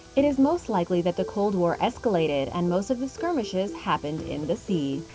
it is most likely that the cold war escalated, and most of the skirmishes happened in the sea.